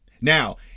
Now